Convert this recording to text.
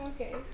okay